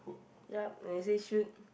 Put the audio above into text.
yup I said shoot